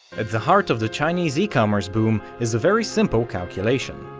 at the heart of the chinese e-commerce boom is a very simple calculation.